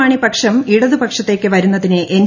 മാണി പക്ഷം ഇടതുപക്ഷത്തേയ്ക്ക് വരുന്നതിനെ എൻ